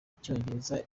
icyongereza